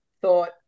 thought